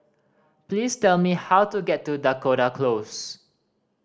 please tell me how to get to Dakota Close